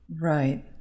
Right